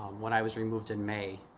when i was removed in may,